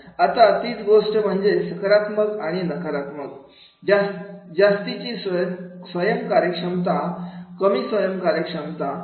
आता तीच गोष्ट म्हणजे सकारात्मक आणि नकारात्मक जास्तीची स्वयम कार्यक्षमता कमी स्वयं कार्यक्षमता